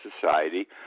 society